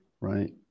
right